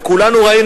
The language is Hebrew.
וכולנו ראינו,